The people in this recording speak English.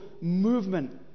movement